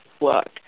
work